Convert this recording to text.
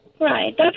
Right